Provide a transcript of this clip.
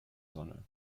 sonne